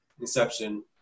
Inception